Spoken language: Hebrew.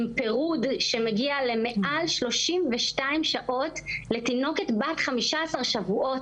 עם פירוד שמגיע למעל 32 שעות מתינוקת בת 15 שבועות